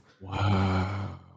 Wow